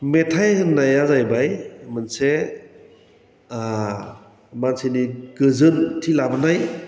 मेथाइ होन्नाया जाहैबाय मोनसे मानसिनि गोजोनथि लाबोनाय